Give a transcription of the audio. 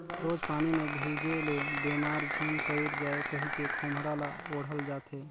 रोज पानी मे भीजे ले बेमार झिन पइर जाए कहिके खोम्हरा ल ओढ़ल जाथे